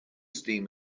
steam